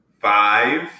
five